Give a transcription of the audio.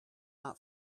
not